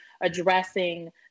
addressing